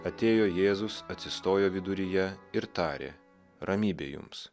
atėjo jėzus atsistojo viduryje ir tarė ramybė jums